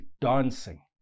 dancing